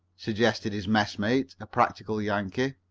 suggested his messmate, a practical yankee.